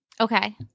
okay